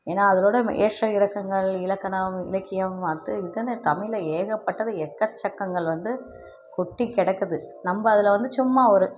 ஏன்னா அதனோடய ஏற்ற இறக்கங்கள் இலக்கணம் இலக்கியம் அது இதுன்னு தமிழில் ஏகப்பட்டது எக்கச்சக்கங்கள் வந்து கொட்டி கிடக்குது நம்ம அதில் வந்து சும்மா ஒரு